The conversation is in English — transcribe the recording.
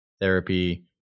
therapy